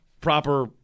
proper